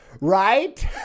right